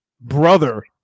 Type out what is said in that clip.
Brother